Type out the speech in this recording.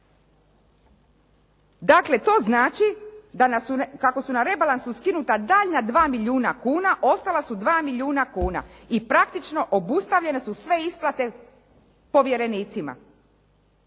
Dakle, to znači da, kako su na rebalansu skinuta daljnja 2 milijuna kuna ostala su 2 milijuna kuna, i praktično obustavljene su sve isplate povjerenicima.